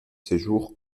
séjours